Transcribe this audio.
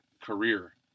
career